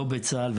לא בצה"ל,